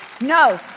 no